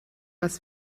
was